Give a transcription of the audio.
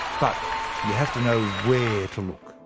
but you have to know where to look.